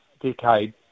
decade